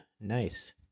Nice